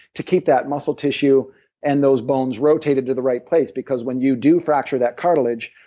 to keep that muscle tissue and those bones rotated to the right place. because when you do fracture that cartilage,